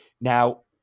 Now